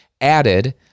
added